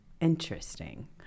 Interesting